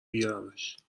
بیارمش